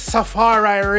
Safari